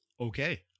Okay